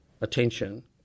attention